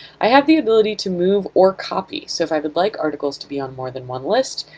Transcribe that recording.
i have the ability to move or copy, so if i would like articles to be on more than one list,